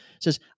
says